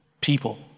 people